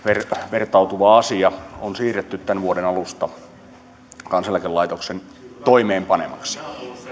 vertautuva asia on siirretty tämän vuoden alusta kansaneläkelaitoksen toimeenpanemaksi